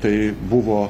tai buvo